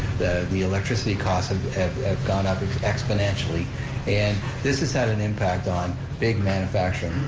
the electricity costs have gone up exponentially and this has had an impact on big manufacturing.